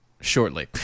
shortly